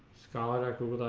scholar google